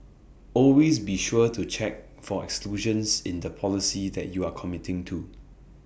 always be sure to check for exclusions in the policy that you are committing to